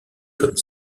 comme